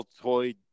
toy